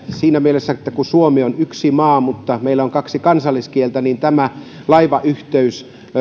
siinä mielessä että suomi on yksi maa mutta meillä on kaksi kansalliskieltä uskon että laivayhteys